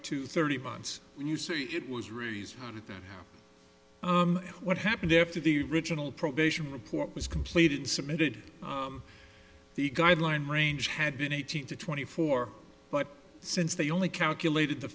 to thirty months you say it was raised on it then what happened after the riginal probation report was completed submitted the guideline range had been eighteen to twenty four but since they only calculated the